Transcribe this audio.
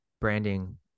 branding